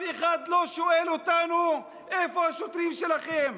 אחד לא שואל אותנו: איפה השוטרים שלכם?